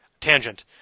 tangent